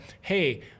hey